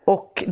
Och